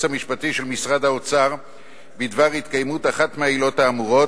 המשפטי של משרד האוצר בדבר התקיימות אחת מהעילות האמורות,